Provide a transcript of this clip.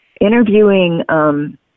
interviewing